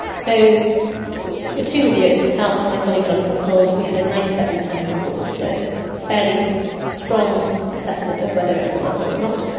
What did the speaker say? so the two reviewers, myself and my colleague jonathan fuld, we had a ninety seven percent concordance. so it's a fairly strong assessment of whether it was a harm or not.